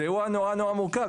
זה אירוע נורא נורא מורכב.